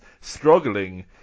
struggling